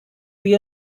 wir